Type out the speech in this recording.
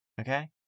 Okay